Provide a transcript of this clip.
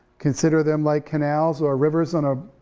consider them like canals or rivers on, ah